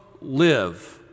live